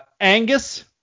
Angus